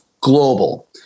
Global